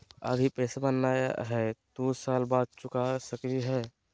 अभि पैसबा नय हय, दू साल बाद चुका सकी हय?